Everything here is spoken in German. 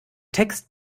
text